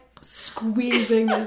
squeezing